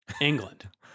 england